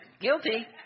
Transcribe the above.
Guilty